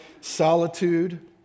Solitude